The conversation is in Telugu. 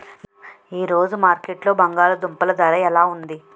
ఈ రోజు మార్కెట్లో బంగాళ దుంపలు ధర ఎలా ఉంది?